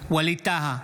בהצבעה ווליד טאהא,